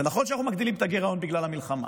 זה נכון שאנחנו מגדילים את הגירעון בגלל המלחמה,